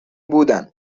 بودن